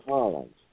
Collins